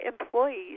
employees